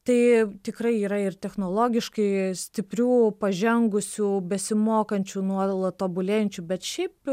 tai tikrai yra ir technologiškai stiprių pažengusių besimokančių nuolat tobulėjančių bet šiaip